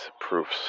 proofs